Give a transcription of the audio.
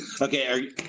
Okay